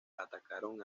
atacaron